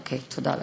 אוקיי, תודה לך.